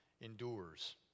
endures